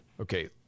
Okay